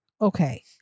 Okay